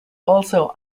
also